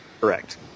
Correct